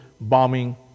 bombing